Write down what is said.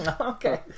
Okay